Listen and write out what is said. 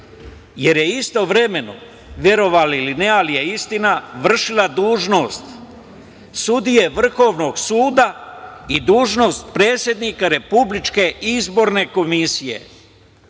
jer je istovremeno, verovali ili ne, ali je istina, vršila dužnost sudije Vrhovnog suda i dužnost predsednika RIK-a. Kako znate, gospodo